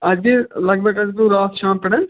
اَتھ گٔے لَگ بھَگ حظ گوٚو رات شامہٕ پٮ۪ٹھ